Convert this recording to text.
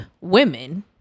women